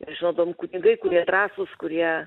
ir žinodavom kunigai kurie drąsūs kurie